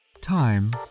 Time